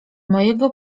mojego